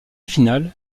finale